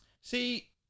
See